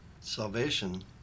salvation